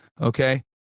Okay